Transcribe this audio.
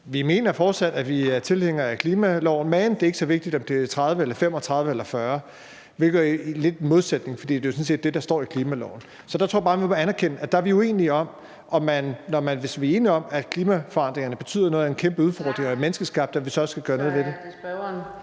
vi mener fortsat, at vi er tilhængere af klimaloven, men det er ikke så vigtigt, om det er 2030, 2035 eller 2040, hvilket lidt er en modsætning, fordi det jo sådan set af det, der står i klimaloven. Så der tror jeg bare, at vi må anerkende, at vi er uenige om, om vi – hvis vi er enige om, at klimaforandringerne betyder noget og er en kæmpe udfordring og menneskeskabte – så også skal gøre noget ved det.